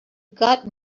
got